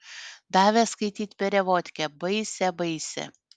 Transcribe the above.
davė skaityti perevodkę baisią baisią